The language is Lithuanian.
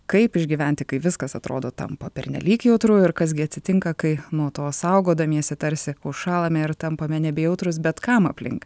kaip išgyventi kai viskas atrodo tampa pernelyg jautru ir kas gi atsitinka kai nuo to saugodamiesi tarsi užšąlame ir tampame nebejautrūs bet kam aplink